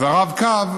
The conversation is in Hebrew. ובעיקר באמצע השבוע,